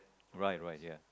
right right ya